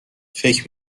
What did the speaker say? فکر